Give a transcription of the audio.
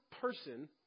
person